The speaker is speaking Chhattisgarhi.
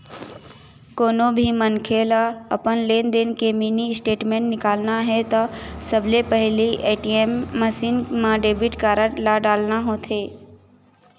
कोनो भी मनखे ल अपन लेनदेन के मिनी स्टेटमेंट निकालना हे त सबले पहिली ए.टी.एम मसीन म डेबिट कारड ल डालना होथे